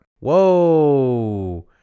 whoa